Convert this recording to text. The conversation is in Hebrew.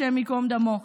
השם יקום דמו,